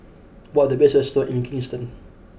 what are the best restaurants in Kingston